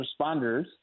responders